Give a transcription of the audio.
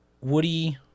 Woody